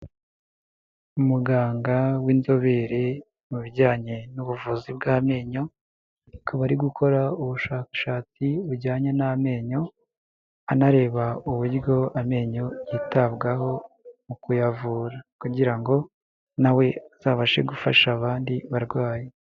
Umuganga w'inzobere mu bijyanye n'ubuvuzi bw'amenyo, akaba ari gukora ubushakashatsi bujyanye n'amenyo, anareba uburyo amenyo yitabwaho mu kuyavura kugira ngo nawe azabashe gufasha abandi barwayi.